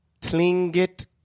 Tlingit